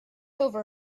over